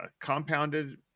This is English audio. compounded